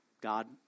God